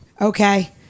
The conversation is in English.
okay